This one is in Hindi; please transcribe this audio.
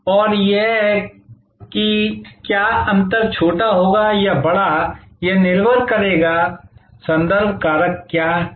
और यह कि क्या अंतर छोटा होगा या बड़ा यह निर्भर करेगा कि संदर्भ कारक क्या हैं